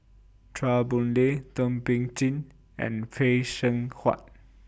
Chua Boon Lay Thum Ping Tjin and Phay Seng Whatt